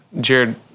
Jared